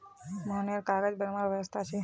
मोहनेर कागज बनवार व्यवसाय छे